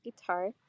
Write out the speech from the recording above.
guitar